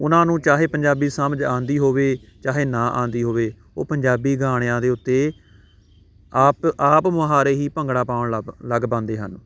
ਉਨਾਂ ਨੂੰ ਚਾਹੇ ਪੰਜਾਬੀ ਸਮਝ ਆਉਂਦੀ ਹੋਵੇ ਚਾਹੇ ਨਾ ਆਉਂਦੀ ਹੋਵੇ ਉਹ ਪੰਜਾਬੀ ਗਾਣਿਆਂ ਦੇ ਉੱਤੇ ਆਪ ਆਪ ਮੁਹਾਰੇ ਹੀ ਭੰਗੜਾ ਪਾਉਣ ਲਾਪ ਲੱਗ ਪੈਂਦੇ ਹਨ